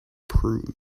prudes